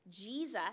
Jesus